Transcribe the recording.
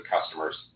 customers